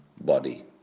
body